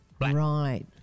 Right